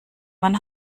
man